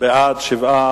הוועדה.